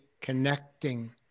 connecting